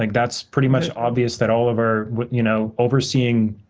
like that's pretty much obvious that all of our you know overseeing